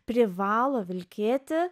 privalo vilkėti